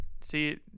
See